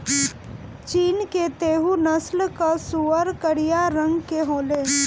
चीन के तैहु नस्ल कअ सूअर करिया रंग के होले